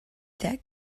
that